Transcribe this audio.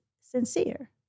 sincere